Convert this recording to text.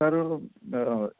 sir